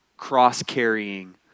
cross-carrying